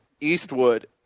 Eastwood